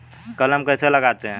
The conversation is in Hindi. कलम कैसे लगाते हैं?